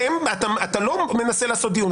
אתה לא מנסה לדון,